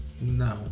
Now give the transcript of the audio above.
No